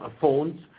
phones